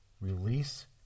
release